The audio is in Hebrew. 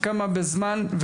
כמה בזמן,